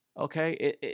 okay